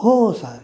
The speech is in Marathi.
हो हो साहेब